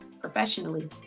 professionally